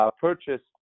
purchased